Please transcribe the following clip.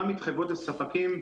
גם התחייבויות לספקים,